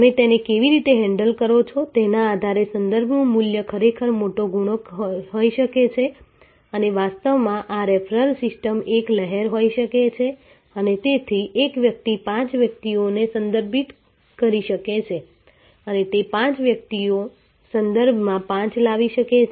તમે તેને કેવી રીતે હેન્ડલ કરો છો તેના આધારે સંદર્ભનું મૂલ્ય ખરેખર મોટો ગુણક હોઈ શકે છે અને વાસ્તવમાં આ રેફરલ સિસ્ટમ એક લહેર હોઈ શકે છે અને તેથી એક વ્યક્તિ પાંચ વ્યક્તિઓને સંદર્ભિત કરી શકે છે અને તે પાંચ વ્યક્તિઓ દરેકમાં પાંચ લાવી શકે છે